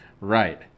Right